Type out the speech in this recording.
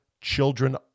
children